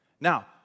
Now